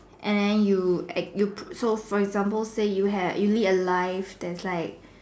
and then you at you pu~ so for example say you have you lead a life that's like